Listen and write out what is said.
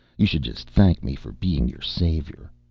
you should just thank me for being your savior.